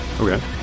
Okay